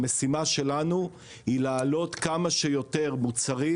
המשימה שלנו היא להעלות כמה שיותר מוצרים